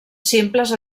simples